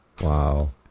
Wow